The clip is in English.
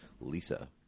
Lisa